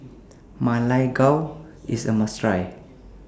Ma Lai Gao IS A must Try